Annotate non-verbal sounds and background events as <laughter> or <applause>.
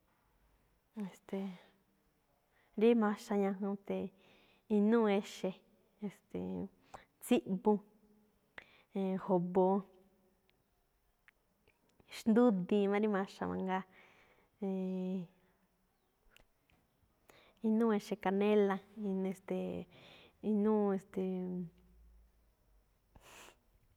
Éste̱e̱, <hesitation> rí maxa ñajuun, ste̱e̱, inúu exe̱, e̱ste̱e̱, tsíꞌbu, <hesitation> jo̱boo, xndúdiin má rí maxa mangaa, e̱e̱e̱n, <hesitation> inúu exe̱ canela, nn e̱ste̱e̱, inúu e̱ste̱e̱. <hesitation>